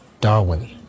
Darwin